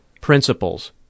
principles